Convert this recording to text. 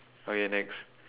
okay next